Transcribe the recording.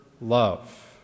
love